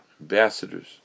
ambassadors